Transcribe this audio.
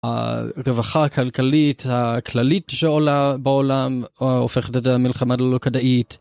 הרווחה הכלכלית הכללית שעולה בעולם הופכת למלחמה לא כדאית.